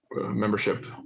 membership